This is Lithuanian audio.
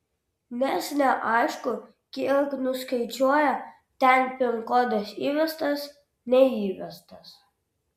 nes neaišku kiek nuskaičiuoja ten pin kodas įvestas neįvestas